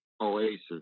oasis